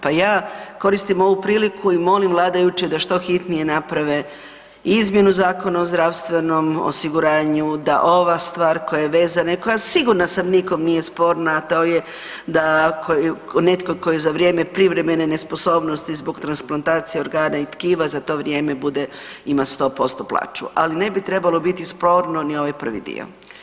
Pa ja koristim ovu priliku i molim vladajuće da što hitnije naprave izmjenu Zakona o zdravstvenom osiguranju, da ova stvar koja je vezana i koja sigurna sam nikom nije sporna, a to je da netko tko je za vrijeme privremene nesposobnosti zbog transplantacije organa i tkiva za to vrijeme bude ima 100% plaću, ali ne bi trebalo biti sporno ni ovaj prvi dio.